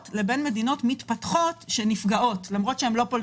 לבין מדינות מתפתחות שנפגעות למרות שהן לא פולטות,